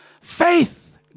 Faith